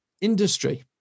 industry